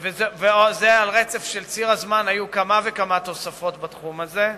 ועל רצף ציר הזמן היו כמה וכמה תוספות בתחום הזה.